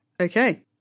okay